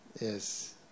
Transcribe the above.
Yes